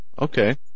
Okay